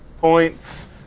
points